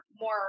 more